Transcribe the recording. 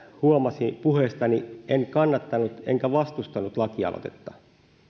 huomasi puheestani että en kannattanut enkä vastustanut lakialoitetta